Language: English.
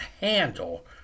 handle